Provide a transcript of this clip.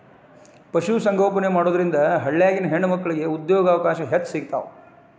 ಪಶು ಸಂಗೋಪನೆ ಮಾಡೋದ್ರಿಂದ ಹಳ್ಳ್ಯಾಗಿನ ಹೆಣ್ಣಮಕ್ಕಳಿಗೆ ಉದ್ಯೋಗಾವಕಾಶ ಹೆಚ್ಚ್ ಸಿಗ್ತಾವ